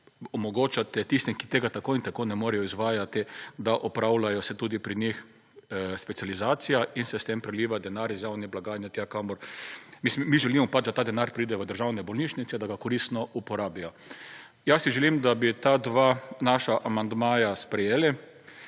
omogočate tistim, ki tega tako in tako ne morejo izvajati, da opravljajo se tudi pri njih specializacija in se s tem preliva denar iz javnih blagajn tja, kamor, mislim, mi pač želimo, da ta denar pride v državne bolnišnice, da ga koristno uporabijo. Jaz si želim, da bi ta dva naša amandmaja sprejeli.